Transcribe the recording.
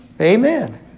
Amen